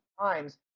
times